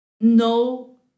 no